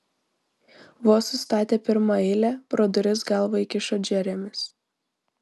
vos sustatė pirmą eilę pro duris galvą įkišo džeremis